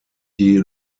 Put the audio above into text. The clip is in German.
die